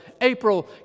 April